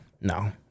No